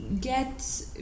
get